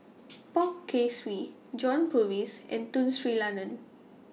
Poh Kay Swee John Purvis and Tun Sri Lanang